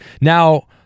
Now